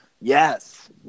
Yes